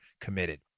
committed